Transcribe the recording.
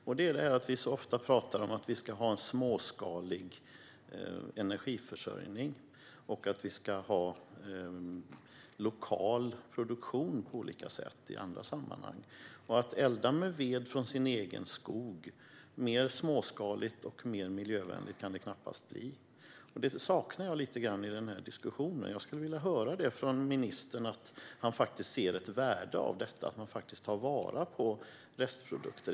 Vi talar ofta om att vi ska ha en småskalig energiförsörjning och lokal produktion på olika sätt i andra sammanhang. Det kan knappast bli mer småskaligt och miljövänligt än att elda med ved från sin egen skog. Detta saknar jag lite grann i denna diskussion. Jag skulle vilja höra från ministern att han faktiskt ser ett värde i att man tar vara på restprodukter.